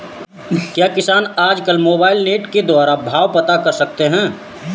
क्या किसान आज कल मोबाइल नेट के द्वारा भाव पता कर सकते हैं?